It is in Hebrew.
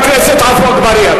חבר הכנסת עפו אגבאריה,